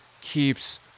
keeps